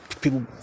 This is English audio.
people